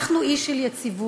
אנחנו אי של יציבות